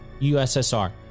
USSR